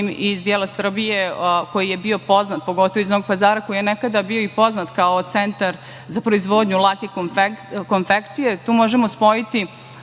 iz dela Srbije koji je bio poznat, iz Novog Pazara, koji je nekada bio i poznat kao centar za proizvodnju lake konfekcije, tu možemo spojiti